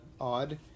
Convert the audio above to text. odd